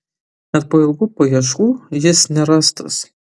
net po ilgų paieškų jis nerastas